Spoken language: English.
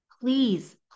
please